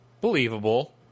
believable